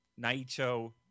Naito